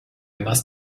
must